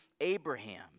Abraham